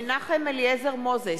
מנחם אליעזר מוזס,